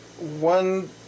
One